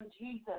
Jesus